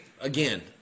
again